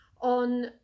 on